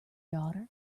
daughter